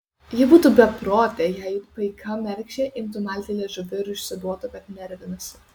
ji būtų beprotė jei it paika mergšė imtų malti liežuviu ir išsiduotų kad nervinasi